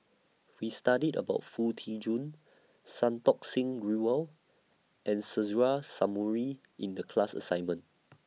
We studied about Foo Tee Jun Santokh Singh Grewal and Suzairhe Sumari in The class assignment